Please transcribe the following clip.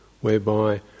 whereby